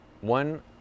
One